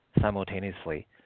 simultaneously